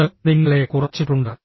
അത് നിങ്ങളെ കുറച്ചിട്ടുണ്ട്